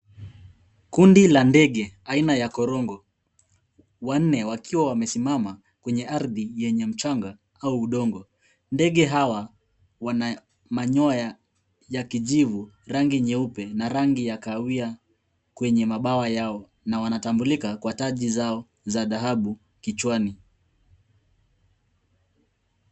Kundi la ndege, aina ya korongo, wanne wakiwa wamesimama kwenye ardhi yenye mchanga au udongo. Ndege hawa wana manyoya ya kijivu, rangi nyeupe na rangi ya kahawia kwenye mabawa yao na wanatambulika kwa taji zao za dhahabu kichwani.